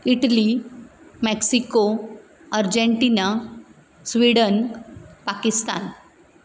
Italy Mexico Argentina Sweden Pakistan